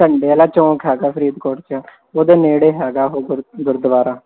ਝੰਡੇ ਵਾਲਾ ਚੌਂਕ ਹੈਗਾ ਫਰੀਦਕੋਟ 'ਚ ਉਹਦੇ ਨੇੜੇ ਹੈਗਾ ਉਹ ਗੁਰ ਗੁਰਦੁਆਰਾ